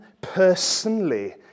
personally